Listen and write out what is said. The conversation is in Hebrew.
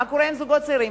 מה קורה עם זוגות צעירים?